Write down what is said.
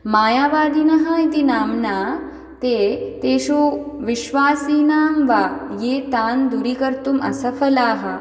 मायावादिनः इति नाम्ना ते तेषु विश्वासिनां वा ये तान् दूरीकर्तुम् असफलाः